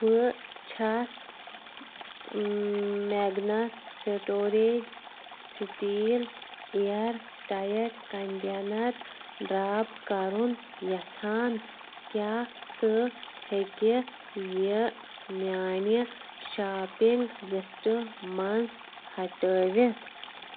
بہٕ چھَس میگنَس storage steel airtight container drop کَرُن یژھان کیٛاہ ژٕ ہیٚکہِ یہِ میٛانہِ شاپِنٛگ لِسٹہٕ منٛز ہٹٲوِتھ